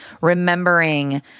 remembering